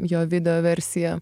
jo video versija